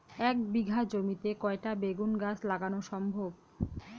এক বিঘা জমিতে কয়টা বেগুন গাছ লাগানো সম্ভব?